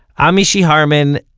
i'm mishy harman,